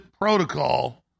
protocol